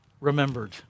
remembered